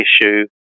issue